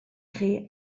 chi